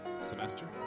semester